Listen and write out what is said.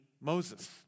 Moses